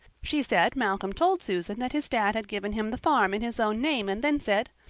she said malcolm told susan that his dad had given him the farm in his own name and then said,